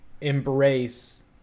embrace